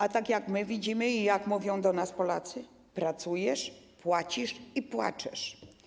A tak jak my widzimy i jak mówią do nas Polacy: pracujesz - płacisz i płaczesz.